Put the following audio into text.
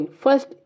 First